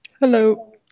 hello